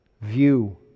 view